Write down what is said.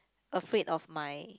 afraid of my